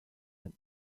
and